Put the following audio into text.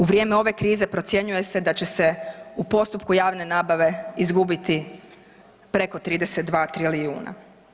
U vrijeme ove krize procjenjuje se da će se u postupku javne nabave izgubiti preko 32 trilijuna.